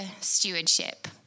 stewardship